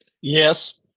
Yes